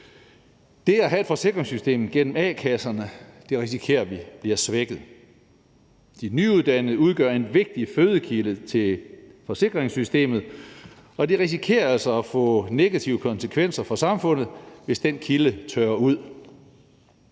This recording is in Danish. Det at have et forsikringssystem gennem a-kasserne risikerer vi bliver svækket. De nyuddannede udgør en vigtig fødekilde til forsikringssystemet, og det risikerer altså at få negative konsekvenser for samfundet, hvis den kilde tørrer ud.